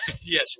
Yes